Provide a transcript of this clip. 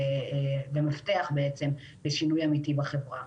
ומפתח לשינוי אמיתי בחברה.